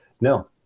No